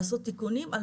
לעשות תיקונים,